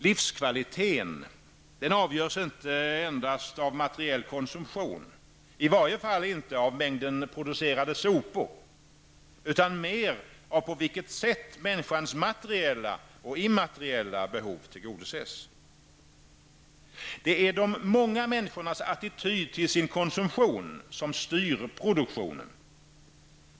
Livskvaliteten avgörs inte endast av materiell konsumtion, i varje fall inte av mängden producerade sopor, utan mer av på vilket sätt människans materiella och immateriella behov tillgodoses. Det är de många människornas attityd till sin konsumtion som styr produktionen.